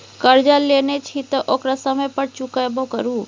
करजा लेने छी तँ ओकरा समय पर चुकेबो करु